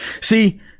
See